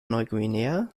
neuguinea